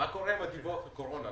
מה קורה עם הדיווח לקורונה,